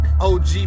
OG